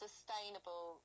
sustainable